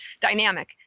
dynamic